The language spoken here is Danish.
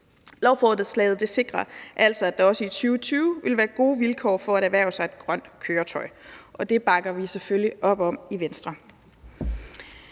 Lovforslaget sikrer altså, at der også i 2020 vil være gode vilkår for at erhverve sig et grønt køretøj, og det bakker vi selvfølgelig op om i Venstre.